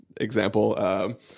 example –